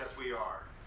we are.